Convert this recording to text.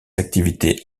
activités